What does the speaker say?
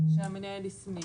שהמנהל הסמיך".